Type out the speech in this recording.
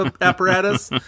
apparatus